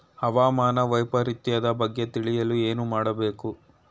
ಹವಾಮಾನ ವೈಪರಿತ್ಯದ ಬಗ್ಗೆ ತಿಳಿಯಲು ಏನು ಮಾಡಬೇಕು?